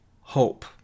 hope